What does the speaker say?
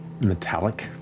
metallic